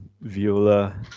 Viola